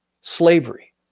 slavery